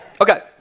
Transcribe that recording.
Okay